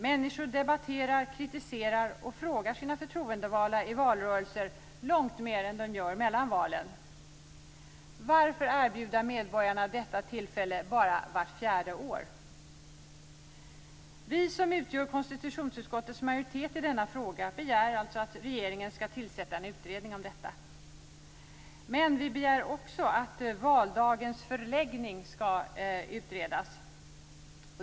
Människor debatterar, kritiserar och frågar sina förtroendevalda i valrörelser långt mer än de gör mellan valen. Varför erbjuda medborgarna ett sådant tillfälle bara vart fjärde år? Vi som utgör konstitutionsutskottets majoritet i denna fråga begär alltså att regeringen ska tillsätta en utredning om detta. Vi begär också att valdagens förläggning ska utredas.